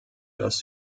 das